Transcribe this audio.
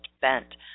bent